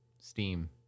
Steam